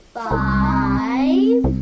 five